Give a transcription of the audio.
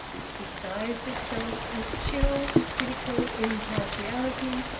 which disguised itself as chill critical impartiality,